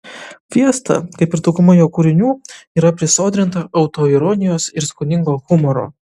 fiesta kaip ir dauguma jo kūrinių yra prisodrinta autoironijos ir skoningo humoro